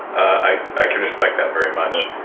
i can respect that very much.